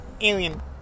Alien